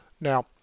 Now